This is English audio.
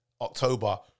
October